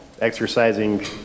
exercising